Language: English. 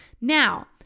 now